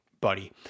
buddy